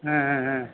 ஆ ஆ ஆ